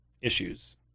issues